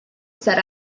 set